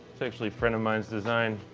it's actually friend of mine's design.